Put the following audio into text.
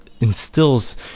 instills